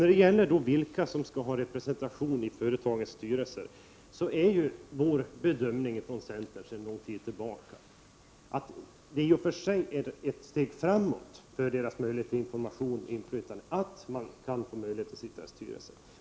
När det gäller vilka som skall ha representation i företagens styrelser är centerns uppfattning sedan lång tid tillbaka att möjligheten att sitta i styrelsen i och för sig innebär en förbättring av de anställdas möjligheter till information och inflytande.